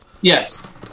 Yes